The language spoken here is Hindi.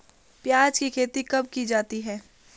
प्याज़ की खेती कब की जाती है?